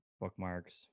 bookmarks